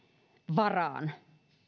varaan